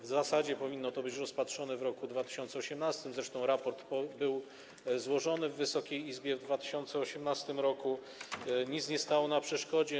W zasadzie powinno to być rozpatrzone w roku 2018, zresztą raport był złożony Wysokiej Izbie w 2018 r., nic nie stało na przeszkodzie.